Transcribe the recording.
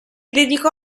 dedicò